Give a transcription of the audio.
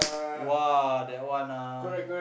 !wah! that one ah